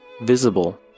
Visible